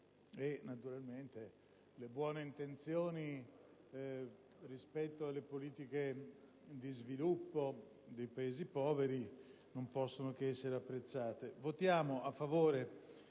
poiché le buone intenzioni rispetto alle politiche di sviluppo dei Paesi poveri non possono che essere apprezzate.